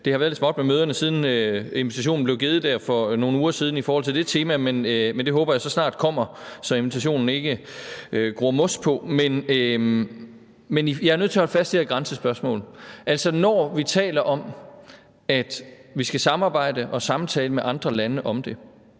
Det har været lidt småt med møderne, siden invitationen blev givet der for nogle uger siden, i forhold til det tema. Men det håber jeg så snart kommer, så der ikke gror mos på invitationen. Men jeg er nødt til at holde fast i det der grænsespørgsmål. Altså, når vi taler om, at vi skal samarbejde og samtale med andre lande om det,